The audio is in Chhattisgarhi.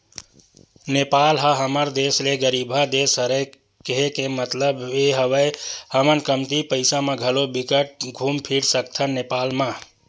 नेपाल ह हमर देस ले गरीबहा देस हरे, केहे के मललब ये हवय हमन कमती पइसा म घलो बिकट घुम फिर सकथन नेपाल म